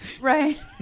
Right